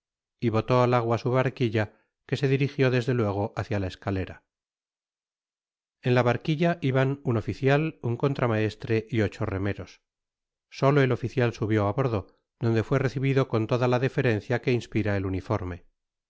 y botó al agua su barquilla que se dirigió desde luego bacia la escalera en la barquilla iban un oficial un contramaestre y ocho remeros solo el oficial subió á bordo donde fué recibido con toda la deferencia que inspira el uniforme